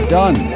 done